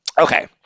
Okay